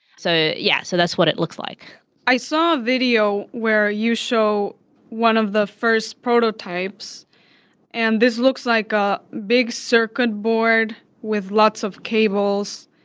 so yeah, so that's what it looks like i saw a video where you show one of the first prototypes and this looks like a big circuit board with lots of cables,